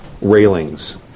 railings